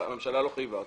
הממשלה לא חייבה אותנו.